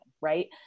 right